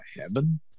heaven